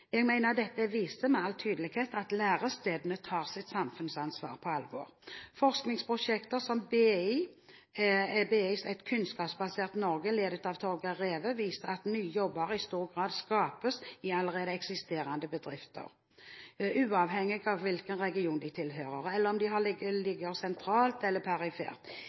Jeg mener at dette med all tydelighet viser at lærestedene tar sitt samfunnsansvar på alvor. Forskningsprosjekter som BIs Et kunnskapsbasert Norge, ledet av Torger Reve, viser at jobber i stor grad skapes i allerede eksisterende bedrifter, uavhengig av hvilken region de tilhører eller om de ligger sentralt eller perifert.